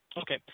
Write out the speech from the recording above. Okay